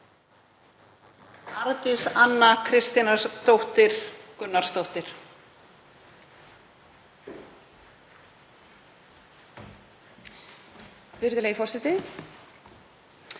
Arndís Anna Kristínardóttir Gunnarsdóttir